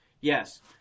Yes